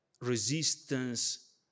resistance